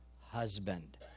husband